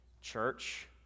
Church